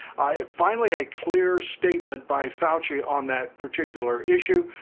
finally a clear statement by fauci on that particular issue.